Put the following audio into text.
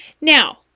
now